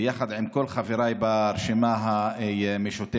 ביחד עם כל חבריי ברשימה המשותפת.